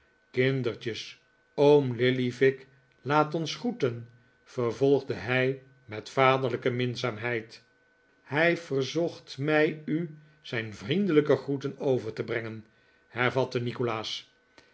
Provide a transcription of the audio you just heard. kindertjes oom lillyvick laat ons groeten vervolgde hij met vaderlijke minzaamheid hij verzocht mij u zijn vriendelijke groeten over te brengen hervatte nikolaas